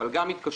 אבל גם התקשרויות,